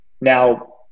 now